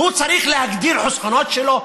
הוא צריך להגדיל חסכונות שלו?